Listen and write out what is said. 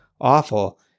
awful